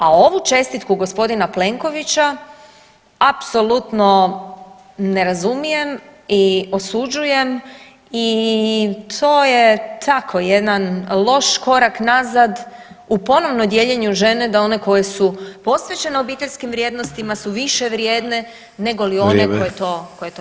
A ovu čestitku g. Plenkovića apsolutno ne razumijem i osuđujem i to je tako jedan loš korak nazad u ponovnom dijeljenju žene da one koje su posvećene obiteljskim vrijednostima su više vrijedne negoli one [[Upadica Sanader: Vrijeme.]] koje to